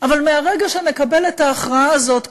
אבל מהרגע שנקבל את ההכרעה הזאת,